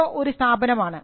ഓ ഒരു സ്ഥാപനമാണ്